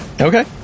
okay